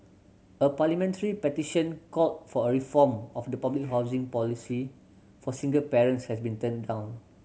a parliamentary petition call for a reform of the public housing policy for single parents has been turned down